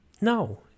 No